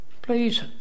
please